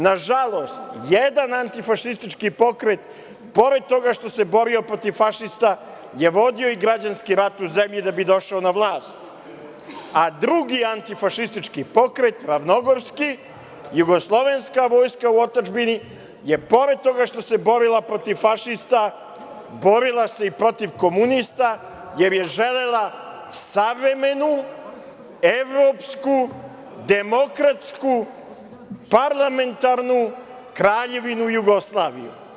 Nažalost, jedan antifašistički pokret, pored toga što se borio protiv fašista, je vodio i građanski rat u zemlji da bi došao na vlast, a drugi antifašistički pokret, Ravnogorski, Jugoslovenska vojska u otadžbini pored toga što se borila protiv fašista borila se i protiv komunista, jer je želela savremenu, evropsku, demokratsku, parlamentarnu Kraljevinu Jugoslaviju.